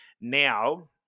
Now